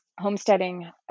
homesteading